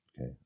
okay